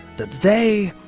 that they,